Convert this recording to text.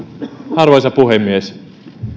arvoisa puhemies